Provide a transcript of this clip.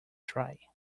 dry